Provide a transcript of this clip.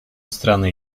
страны